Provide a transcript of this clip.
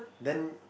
then